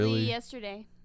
yesterday